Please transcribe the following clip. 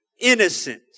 Innocent